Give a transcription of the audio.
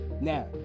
Now